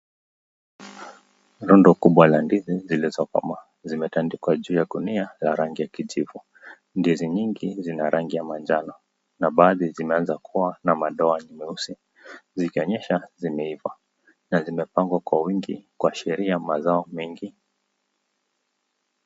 Rundo kubwa za ndizi zilizo pangwa, zimetandikwa kwa gunia ya rangi ya kijivu. Ndizi nyingi zina rangi ya manjano na baadhi zime anza kuwa na madoa meusi zikionyesha zime iva na zime pangwa kwa wingi kuashiria mazao mengi.